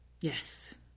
Yes